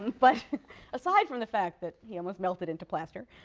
and but aside from the fact that he almost melted into plaster,